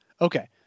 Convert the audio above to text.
Okay